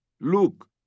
look